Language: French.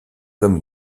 comme